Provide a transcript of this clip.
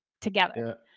together